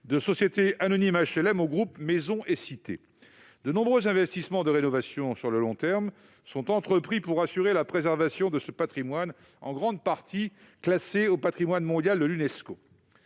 de société anonyme HLM au groupe Maisons & Cités, de nombreux travaux de rénovation à long terme sont entrepris pour assurer la préservation de ce patrimoine, en grande partie classé au patrimoine mondial de l'Unesco.